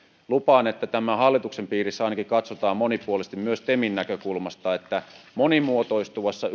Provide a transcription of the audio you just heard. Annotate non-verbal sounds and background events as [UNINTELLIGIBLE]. lupaan että tämä hallituksen piirissä ainakin katsotaan monipuolisesti myös temin näkökulmasta että monimuotoistuvassa [UNINTELLIGIBLE]